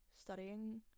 studying